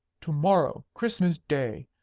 to-morrow, christmas day,